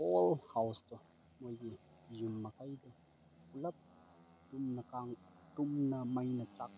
hall ꯍꯥꯎꯁꯇꯣ ꯃꯣꯏꯒꯤ ꯌꯨꯝ ꯃꯈꯩꯗꯣ ꯄꯨꯂꯞ ꯇꯨꯝꯅ ꯇꯨꯝꯅ ꯃꯩꯅ ꯆꯥꯛꯄ